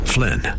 Flynn